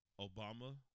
Obama